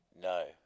No